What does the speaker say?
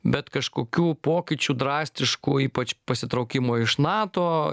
bet kažkokių pokyčių drastiškų ypač pasitraukimo iš nato